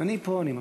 אני פה, אני מקשיב.